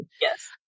yes